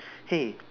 hey